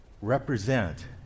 represent